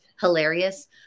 hilarious